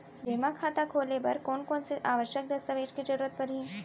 जेमा खाता खोले बर कोन कोन से आवश्यक दस्तावेज के जरूरत परही?